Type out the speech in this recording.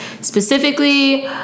specifically